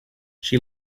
she